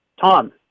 Tom